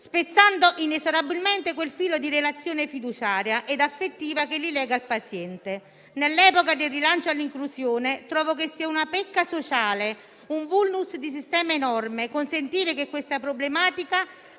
spezzando inesorabilmente quel filo di relazione fiduciaria e affettiva che li lega al paziente. Nell'epoca del rilancio all'inclusione trovo che sia una pecca sociale, un *vulnus* di sistema enorme, consentire che questa problematica